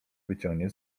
wyciągnie